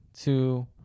two